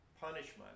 punishment